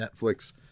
Netflix